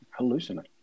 hallucinate